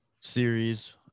series